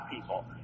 people